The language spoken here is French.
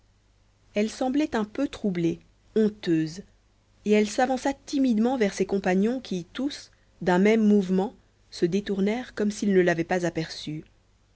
elle semblait un peu troublée honteuse et elle s'avança timidement vers ses compagnons qui tous d'un même mouvement se détournèrent comme s'ils ne l'avaient pas aperçue